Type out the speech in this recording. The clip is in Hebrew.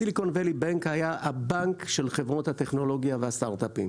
הסיליקון ואלי בנק היה הבנק של חברות הטכנולוגיה והסטארטאפים.